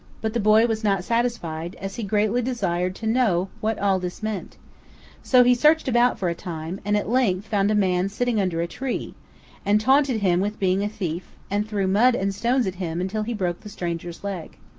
but the boy was not satisfied, as he greatly desired to know what all this meant so he searched about for a time, and at length found a man sitting under a tree and taunted him with being a thief, and threw mud and stones at him until he broke the stranger's leg.